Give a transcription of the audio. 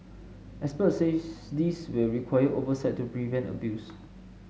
experts say this will require oversight to prevent abuse